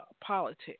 politics